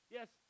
Yes